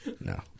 No